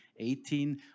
18